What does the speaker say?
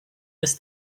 was